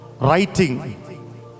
writing